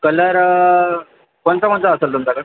colour कोणचा कोणचा असेल तुमच्याकडं